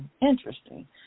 Interesting